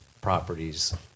properties